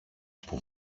που